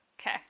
Okay